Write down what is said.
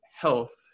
health